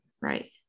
Right